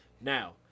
Now